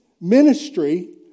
ministry